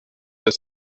das